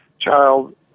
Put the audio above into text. child